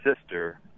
sister